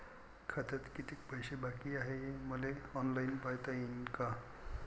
खात्यात कितीक पैसे बाकी हाय हे मले ऑनलाईन पायता येईन का?